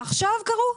עכשיו קרו?